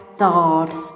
thoughts